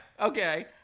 Okay